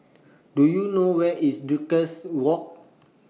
Do YOU know Where IS Duchess Walk